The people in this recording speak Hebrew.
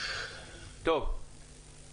כך שהיום קיומו של העיתון נשען על